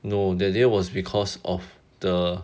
no that day was because of the